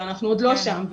ואנחנו עוד לא שם,